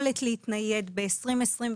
יכולת להתנייד ב-2023,